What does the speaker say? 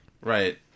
Right